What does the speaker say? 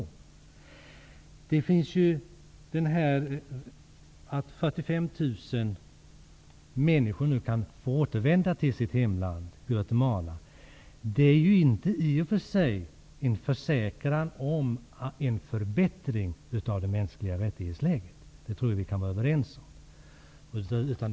Jag tror att vi kan vara överens om att det förhållandet att 45 000 människor nu kan få återvända till sitt hemland Guatemala inte i och för sig är en garanti för en förbättring av läget beträffande de mänskliga rättigheterna. Det gäller att hela tiden hålla ögonen på regimen.